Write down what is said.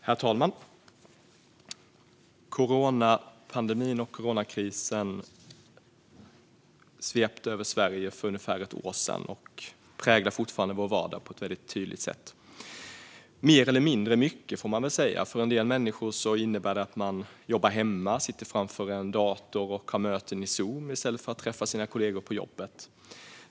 Herr talman! Coronapandemin och coronakrisen svepte över Sverige för ungefär ett år sedan och präglar fortfarande vår vardag på ett mer eller mindre tydligt sätt. För en del människor innebär det att man jobbar hemma, sitter framför en dator och har möten i Zoom i stället för att träffa sina kollegor på jobbet.